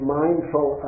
mindful